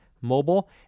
mobile